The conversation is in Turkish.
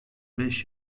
beş